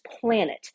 planet